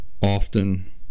often